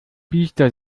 biester